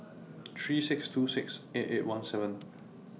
three six two six eight eight one seven